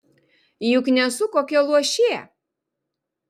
juk nesu kokia luošė